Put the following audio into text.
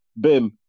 Bim